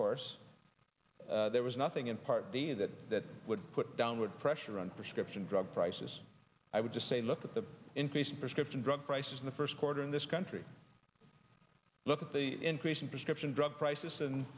course there was nothing in party that that would put downward pressure on prescription drug prices i would just say look at the inflation prescription drug prices in the first quarter in this country look at the increase in prescription drug prices and